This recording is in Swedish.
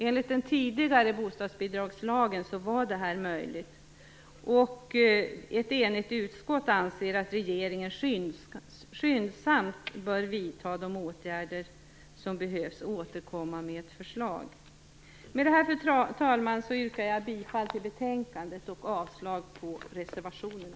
Enligt den tidigare bostadsbidragslagen var detta möjligt, och ett enigt utskott anser att regeringen skyndsamt bör vidta de åtgärder som behövs och återkomma med ett förslag. Med det här, fru talman, yrkar jag bifall till hemställan i betänkandet och avslag på reservationerna.